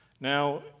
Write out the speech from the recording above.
Now